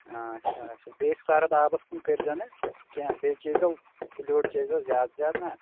آچھا اچھا بیٚیہِ سرٕد آبَس کُن کٔرۍ زیو نہٕ کیٚنٛہہ بیٚیہِ چیٖزیو فِلیوٗڈ چیزیٚو زیادٕ زیادٕ نہ